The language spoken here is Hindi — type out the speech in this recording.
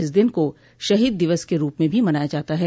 इस दिन को शहीद दिवस के रूप में भी मनाया जाता है